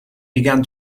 began